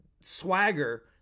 swagger